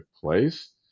place